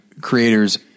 creators